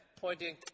pointing